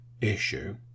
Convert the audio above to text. issue